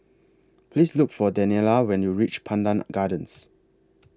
Please Look For Daniella when YOU REACH Pandan Gardens